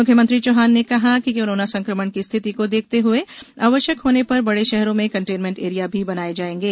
मुख्यमंत्री श्री चौहान ने कहा कि कोरोना संक्रमण की स्थिति को देखते हुए आवश्यक होने पर बड़े शहर्रो में कंटेनमेंट एरिया भी बनाए जाएंगे